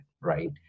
right